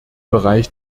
bereich